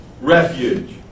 refuge